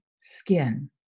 skin